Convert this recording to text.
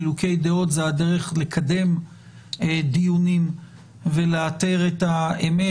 חילוקי דעות זה הדרך לקדם דיונים ולאתר את האמת,